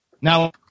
Now